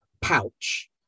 pouch